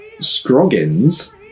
Scroggins